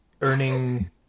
earning